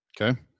Okay